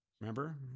Remember